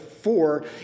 Four